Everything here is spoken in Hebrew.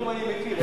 סיפורים אני מכיר.